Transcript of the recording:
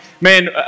man